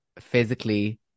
physically